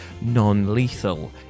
non-lethal